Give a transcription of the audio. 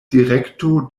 direkto